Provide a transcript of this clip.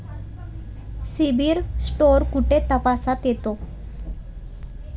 CIBIL score कुठे तपासता येतो?